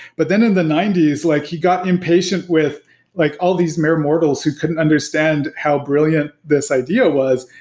but then in the ninety s, like you got impatient with like all these mere mortals who couldn't understand how brilliant this idea was.